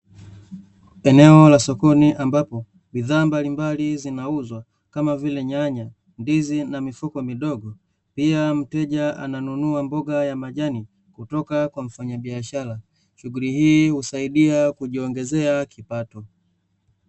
Eneo la sokoni ambapo, bidhaa mbalimbali zinauzwa kama vile nyanya ndizi na mifuko midogo, pia mteja ananunua mboga ya majani kutoka kwa mfanyabiashara, shughuli hii husaidia kujiongezea kipato.